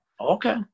Okay